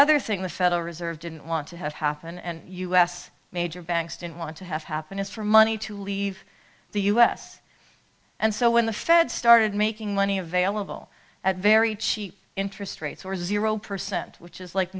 other thing the federal reserve didn't want to have happen and u s major banks didn't want to have happen is for money to leave the u s and so when the fed started making money available at very cheap interest rates or zero percent which is like